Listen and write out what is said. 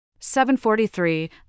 743